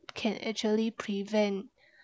can actually prevent